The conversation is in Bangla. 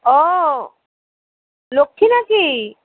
ও লক্ষ্মী নাকি